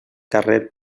carrer